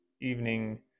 evening